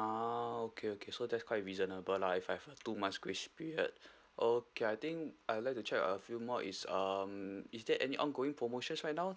ah okay okay so that's quite reasonable lah if I have two months' grace period okay I think I'd like to check a few more is um is there any ongoing promotions right now